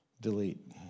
Delete